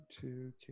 Two